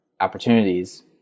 opportunities